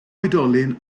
oedolyn